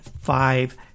five